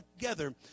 together